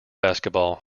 basketball